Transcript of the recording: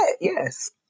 Yes